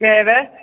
ꯀꯔꯤ ꯍꯥꯏꯔꯦ